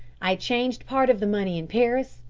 i changed part of the money in paris,